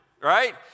right